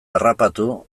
harrapatu